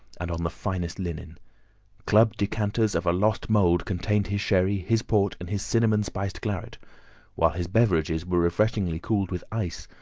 and on the finest linen club decanters, of a lost mould, contained his sherry, his port, and his cinnamon-spiced claret while his beverages were refreshingly cooled with ice,